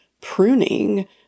pruning